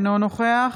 אינו נוכח